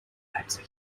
leipzig